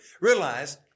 realize